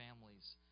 families